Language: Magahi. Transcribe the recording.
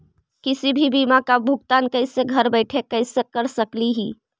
किसी भी बीमा का भुगतान कैसे घर बैठे कैसे कर स्कली ही?